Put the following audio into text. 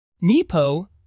Nepo